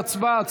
להצבעה.